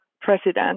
president